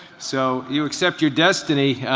so you accept your destiny.